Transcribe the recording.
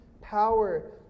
power